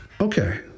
Okay